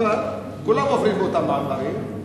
כולם עוברים באותם מעברים,